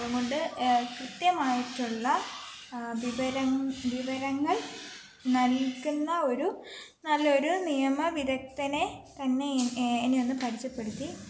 അതുകൊണ്ട് ക്ര്യത്യമായിട്ടുള്ള വിവരങ്ങൾ വിവരങ്ങൾ നൽകുന്ന ഒരു നല്ലൊരു നിയമ വിദഗ്ധനെ തന്നെ എന്നെ ഒന്നു പരിചയപ്പെടുത്തി